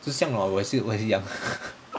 是这样的 [what] 我也是一样的